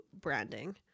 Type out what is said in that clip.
branding